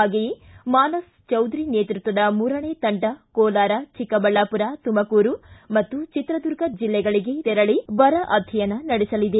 ಹಾಗೆಯೇ ಮಾನಸ್ ಚೌದರಿ ನೇತೃತ್ವದ ಮೂರನೇ ತಂಡ ಕೋಲಾರ ಚಿಕ್ಕಬಳ್ಳಾಪುರ ತುಮಕೂರು ಮತ್ತು ಚಿತ್ರದುರ್ಗ ಜಿಲ್ಲೆಗಳಿಗೆ ತೆರಳಿ ಬರ ಅಧ್ಯಯನ ನಡೆಸಲಿದೆ